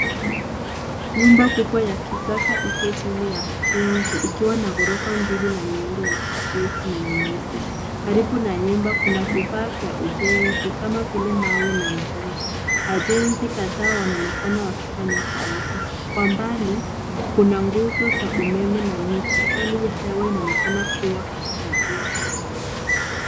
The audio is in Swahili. Nyumba kubwa ya kisasa iko chini ya ujenzi ikiwa na ghorofa mbili na miundo ya kijivu na nyeupe. Karibu na nyumba kuna vifaa vya ujenzi kama vile mawe na mchanga. Wajenzi kadhaa wanaonekana wakifanya kazi. Kwa mbali kuna nguzo za umeme na miti, hali ya hewa inaonekana kuwa ya jua kali.